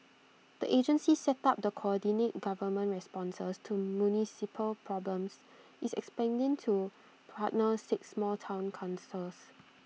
the agency set up the coordinate government responses to municipal problems is expanding to partner six more Town councils